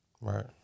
Right